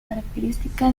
característica